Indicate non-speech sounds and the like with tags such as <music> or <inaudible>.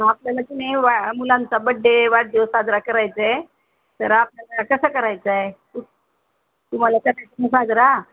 आपल्याला की नाही वा मुलांचा बड्डे वाढदिवस साजरा करायचा आहे तर आपल्याला कसा करायचा आहे <unintelligible> तुम्हाला <unintelligible> नं साजरा